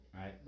right